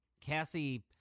Cassie